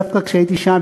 דווקא כשהייתי שם,